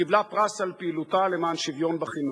קיבלה פרס על פעילותה למען שוויון בחינוך.